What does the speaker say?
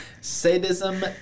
sadism